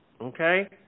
Okay